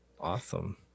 Awesome